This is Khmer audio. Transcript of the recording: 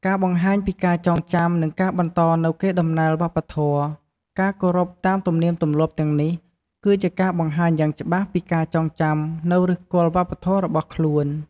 ការបង្ហាញពីការចងចាំ និងការបន្តនូវកេរដំណែលវប្បធម៌ ការគោរពតាមទំនៀមទម្លាប់ទាំងនេះ គឺជាការបង្ហាញយ៉ាងច្បាស់ពីការចងចាំនូវឫសគល់វប្បធម៌របស់ខ្លួន។